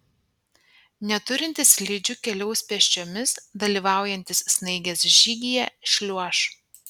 neturintys slidžių keliaus pėsčiomis dalyvaujantys snaigės žygyje šliuoš